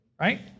right